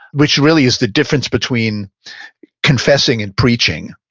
which really is the difference between confessing and preaching.